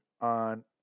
on